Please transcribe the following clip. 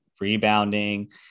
rebounding